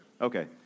Okay